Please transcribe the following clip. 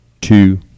two